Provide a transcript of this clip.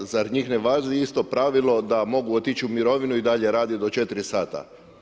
Zar za njih ne važi isto pravilo da mogu otići u mirovinu i dalje raditi do 4 sata?